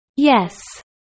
Yes